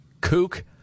kook